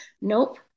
Nope